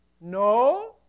No